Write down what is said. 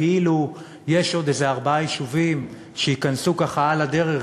כאילו יש עוד איזה ארבעה יישובים שייכנסו ככה על הדרך,